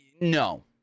No